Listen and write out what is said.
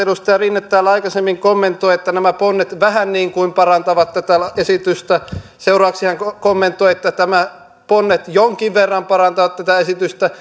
edustaja rinne täällä aikaisemmin kommentoi että nämä ponnet vähän niin kuin parantavat tätä esitystä seuraavaksi hän kommentoi että nämä ponnet jonkin verran parantavat tätä esitystä